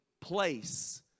place